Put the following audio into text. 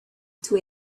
two